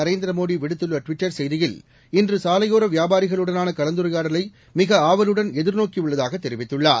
நரேந்திர மோடி விடுத்துள்ள ட்விட்டர் செய்தியில் இன்று சாலையோர வியாபாரிகளுடனான கலந்துரையாடலை மிக ஆவலுடன் எதிர்நோக்கியுள்ளதாக தெரிவித்துள்ளார்